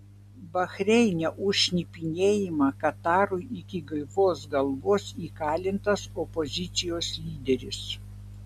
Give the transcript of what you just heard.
bahreine už šnipinėjimą katarui iki gyvos galvos įkalintas opozicijos lyderis